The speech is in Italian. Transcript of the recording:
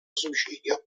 suicidio